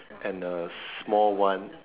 and a small one